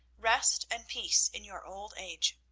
rest and peace in your old age.